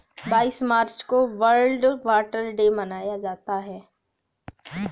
बाईस मार्च को world water day मनाया जाता है